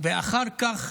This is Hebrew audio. ואחר כך